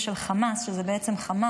חמאס, שזה בעצם חמאס,